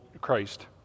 Christ